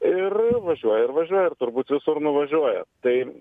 ir važiuoja ir važiuoja ir turbūt visur nuvažiuoja tai